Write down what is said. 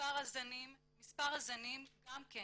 מספר הזנים גם כן